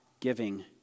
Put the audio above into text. giving